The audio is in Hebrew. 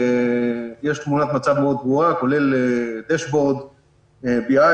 יש תמונת מצב מאוד ברורה כולל דשבורד bi,